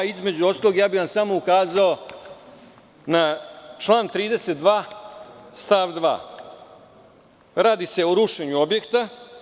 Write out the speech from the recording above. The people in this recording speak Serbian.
Između ostalog, samo bih vam ukazao na član 32. stav 2. Radi se o rušenju objekta.